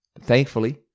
Thankfully